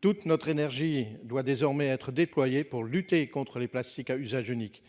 toute notre énergie doit désormais être déployés pour lutter contre les plastiques à usage unique